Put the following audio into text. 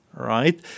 Right